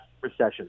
recession